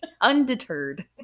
Undeterred